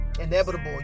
inevitable